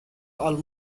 all